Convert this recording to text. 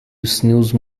snooze